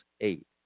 eight